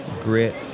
grit